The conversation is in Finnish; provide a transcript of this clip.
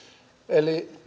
eli